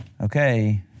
Okay